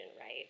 right